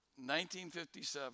1957